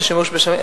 את השימוש בסמים?